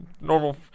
normal